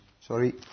sorry